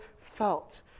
felt